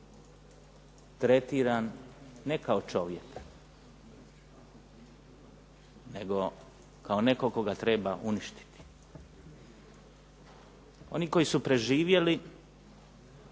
tretiran ne kao čovjek nego kao netko koga treba uništiti. Oni koji su preživjeli